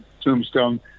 tombstone